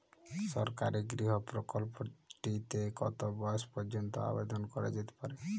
সরকারি গৃহ প্রকল্পটি তে কত বয়স পর্যন্ত আবেদন করা যেতে পারে?